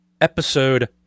episode